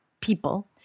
people